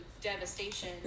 devastation